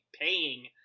paying